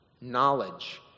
knowledge